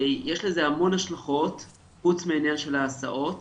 יש לזה המון השלכות חוץ מהעניין של ההסעות,